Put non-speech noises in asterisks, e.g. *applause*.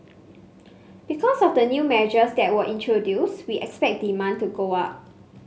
*noise* because of the new measures that were introduced we expect demand to go up